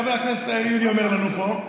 כמו שחבר הכנסת יולי אדלשטיין אומר לנו פה,